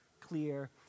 clear